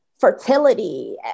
fertility